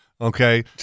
okay